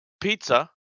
pizza